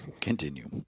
Continue